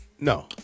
No